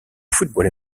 football